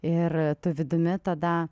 ir vidumi tada